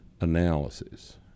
analysis